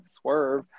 swerve